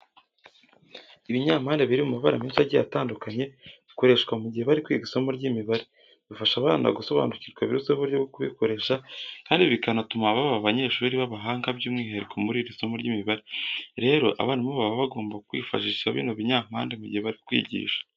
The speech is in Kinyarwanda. Ibinyampande biri mu mabara menshi agiye atandukanye bikoreshwa mu gihe bari kwiga isomo ry'imibare bifasha abana gusobanukirwa biruseho uburyo bwo kubikoresha kandi bikanatuma baba abanyeshuri b'abahanga by'umwihariko muri iri somo ry'imibare. Rero abarimu baba bagomba kwifashisha bino binyampande mu gihe bari kwigisha.